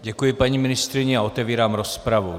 Děkuji paní ministryni a otevírám rozpravu.